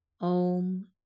Om